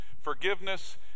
forgiveness